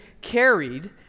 carried